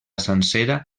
sencera